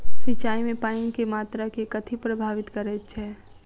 सिंचाई मे पानि केँ मात्रा केँ कथी प्रभावित करैत छै?